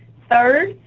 third,